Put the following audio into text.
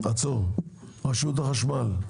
רשות החשמל,